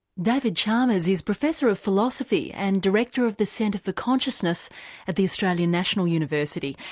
david chalmers is professor of philosophy and director of the centre for consciousness at the australian national university,